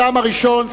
הטעם הראשון,